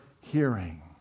hearing